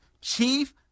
chief